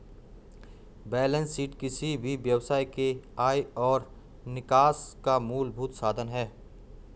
balance sheet किसी भी व्यवसाय के आय और निकास का मूलभूत साधन है